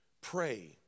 pray